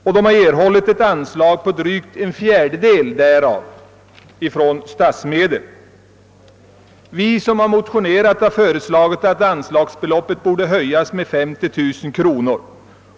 Av detta belopp har drygt en fjärdedel erhållits av statsmedel. Vi som motionerat har föreslagit att anslagsbeloppet skall höjas med ytterligare 50 000 kronor.